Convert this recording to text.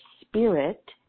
spirit